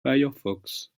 firefox